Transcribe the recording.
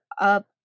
up